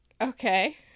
Okay